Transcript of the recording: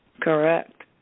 Correct